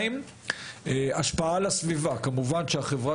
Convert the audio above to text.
2. השפעה על הסביבה: כמובן שהחברה